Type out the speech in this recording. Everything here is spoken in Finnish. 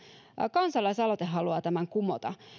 kansalaisaloite haluaa tämän kumota